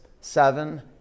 seven